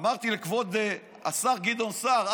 אמרתי לכבוד השר גדעון סער,